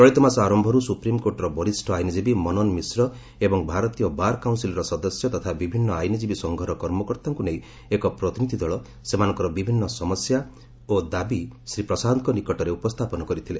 ଚଳିତ ମାସ ଆରମ୍ଭରୁ ସୁପ୍ରିମକୋର୍ଟର ବରିଷ ଆଇନକୀବୀ ମନନ ମିଶ୍ର ଏବଂ ଭାରତୀୟ ବାର୍ କାଉନ୍ସିଲ୍ର ସଦସ୍ୟ ତଥା ବିଭିନ୍ନ ଆଇନଜୀବୀ ସଂଘର କର୍ମକର୍ତ୍ତାଙ୍କୁ ନେଇ ଏକ ପ୍ରତିନିଧି ଦଳ ସେମାନଙ୍କର ବିଭିନ୍ନ ସମସ୍ୟା ଓ ଦାବି ଶ୍ରୀ ପ୍ରସାଦଙ୍କ ନିକଟରେ ଉପସ୍ଥାପନ କରିଥିଲେ